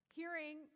hearing